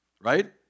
Right